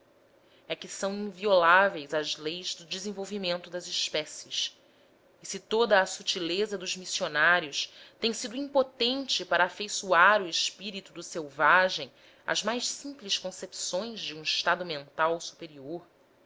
é que são invioláveis as leis do desenvolvimento das espécies e se toda a sutileza dos missionários tem sido impotente para afeiçoar o espírito do selvagem às mais simples concepções de um estado mental superior